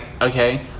okay